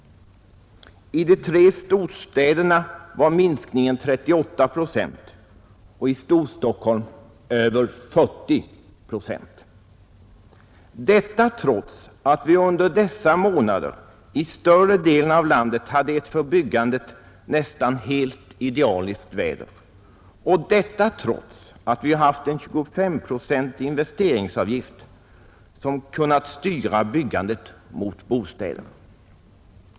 I de tre storstäderna var minskningen 38 procent och i Storstockholm över 40 procent — detta trots att vi under dessa månader i större delen av landet hade ett för byggandet nästan helt idealiskt väder och trots att vi har haft en 25-procentig investeringsavgift som kunnat styra byggandet mot bostäder.